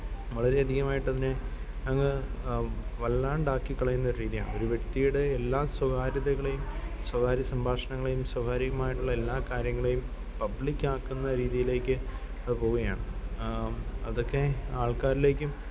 വളരെ അധികമായിട്ടതിനെ അങ്ങ് വല്ലാണ്ടാക്കിക്കളയുന്നൊരു രീതിയാണ് ഒരു വ്യക്തിയുടെ എല്ലാ സ്വകാര്യതകളേം സ്വകാര്യ സംഭാഷണങ്ങളെയും സ്വകാര്യമായിട്ടുള്ള എല്ലാ കാര്യങ്ങളെയും പബ്ലിക്കാക്കുന്ന രീതീലേക്ക് അത് പോവുകയാണ് അതൊക്കെ ആള്ക്കാരിലേക്കും